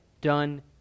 done